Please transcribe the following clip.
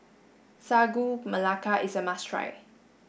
Sagu Melaka is a must try